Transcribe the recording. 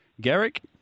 Garrick